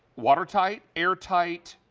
watertight, airtight,